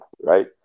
Right